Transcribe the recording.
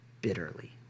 bitterly